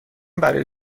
برای